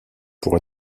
pour